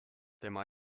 tema